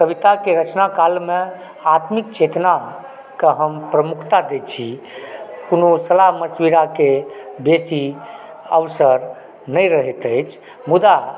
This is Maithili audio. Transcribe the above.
कविताके रचना कालमे आत्मिक चेतनाके हम प्रमुखता दैत छी कोनो सलाह मशविराके बेसी अवसर नहि रहैत अछि मुदा